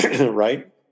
Right